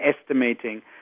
estimating